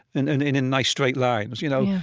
and and in in nice straight lines. you know,